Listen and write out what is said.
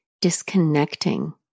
disconnecting